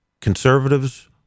Conservatives